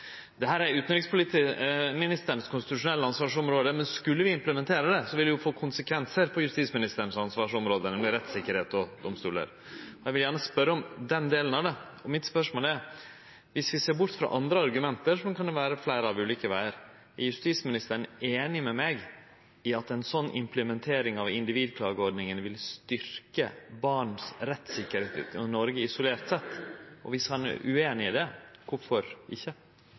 med rettssikkerheit og domstolar. Eg vil gjerne spørje om den delen av det, og mitt spørsmål er: Viss vi ser bort frå andre argument som det kan vere fleire av i ulike vegear, er justis- og beredskapsministeren einig med meg i at ei sånn implementering av individklageordninga vil styrkje rettssikkerheita til barn i Noreg, isolert sett? Og viss han er ueinig i det, kvifor ikkje?